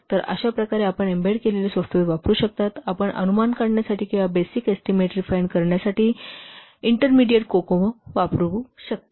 अशाप्रकारे आपण एम्बेड केलेले सॉफ्टवेअर वापरू शकता आपण अनुमान काढण्यासाठी किंवा बेसिक एस्टीमेट रिफाइन करण्यासाठी इंटरमीडिएट कोकोमो वापरू शकता